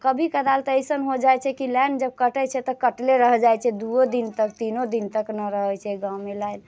आ कभी कदाल तऽ ऐसन हो जाइत छै कि लाइन जब कटैत छै तऽ कटले रहि जाइत छै दूओ दिन तक तीनो दिन तक नहि रहैत छै गाममे लाइन